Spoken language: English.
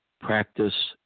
practice